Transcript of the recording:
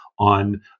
On